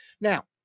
Now